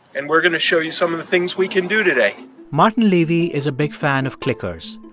and we're going to show you some of the things we can do today martin levy is a big fan of clickers.